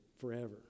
forever